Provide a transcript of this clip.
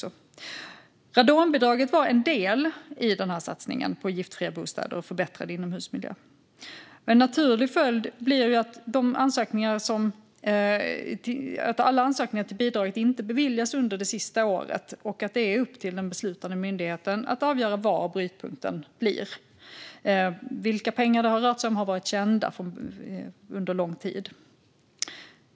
År 2018 inleddes en treårig satsning på giftfria bostäder och förbättrad inomhusmiljö. Radonbidraget var en del i denna satsning. En naturlig följd är att alla ansökningar inte beviljas under det sista året och att det är upp till den beslutande myndigheten att avgöra när brytpunkten blir. Vilka pengar det rör sig om är sedan länge känt.